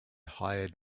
hired